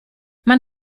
man